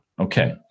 Okay